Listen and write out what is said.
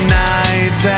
nights